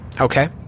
Okay